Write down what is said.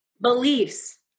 beliefs